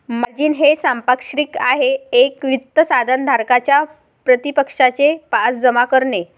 margin हे सांपार्श्विक आहे एक वित्त साधन धारकाच्या प्रतिपक्षाचे पास जमा करणे